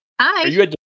Hi